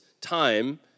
time